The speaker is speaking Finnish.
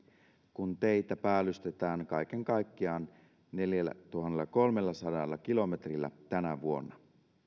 kun teitä päällystetään kaiken kaikkiaan neljällätuhannellakolmellasadalla kilometrillä tänä vuonna